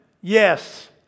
Yes